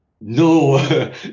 no